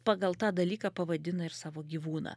pagal tą dalyką pavadina ir savo gyvūną